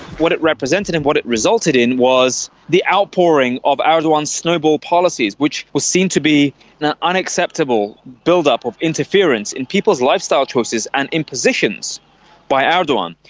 what it represented and what it resulted in was the outpouring of erdogan's snowball policies which were seen to be an ah unacceptable build-up of interference in people's lifestyle choices, and impositions by ah erdogan.